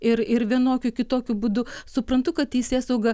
ir ir vienokiu kitokiu būdu suprantu kad teisėsauga